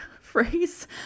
phrase